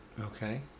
Okay